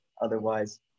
otherwise